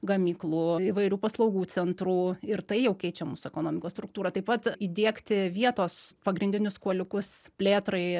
gamyklų įvairių paslaugų centrų ir tai jau keičia mūsų ekonomikos struktūrą taip pat įdiegti vietos pagrindinius kuoliukus plėtrai